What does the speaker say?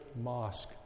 Mosque